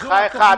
בחייך,